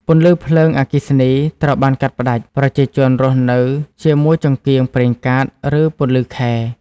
ពន្លឺភ្លើងអគ្គិសនីត្រូវបានកាត់ផ្តាច់ ប្រជាជនរស់នៅជាមួយចង្កៀងប្រេងកាត ឬពន្លឺខែ។